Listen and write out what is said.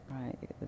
Right